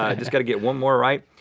um just gotta get one more right.